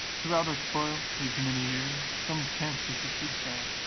throughout our toil, these many years, some chances issued fair,